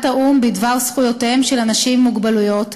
האו"ם בדבר זכויותיהם של אנשים עם מוגבלויות,